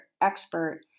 expert